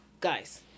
Guys